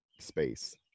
space